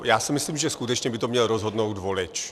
Já si myslím, že skutečně by to měl rozhodnout volič.